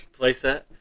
playset